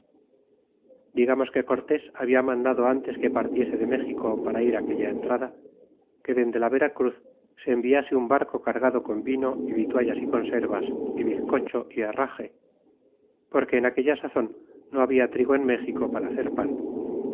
digamos que cortés habla mandado ntes que partiese de méxico para ir aquella entrada que dende la vera cruz le enviase un barco cargado con vino y vituallas y conservas y bizcocho y herraje porque en aquella sazon no habla trigo en méxico para hacer pan